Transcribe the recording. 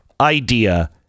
idea